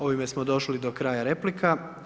Ovim smo došli do kraja replika.